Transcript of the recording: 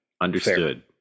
Understood